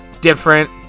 different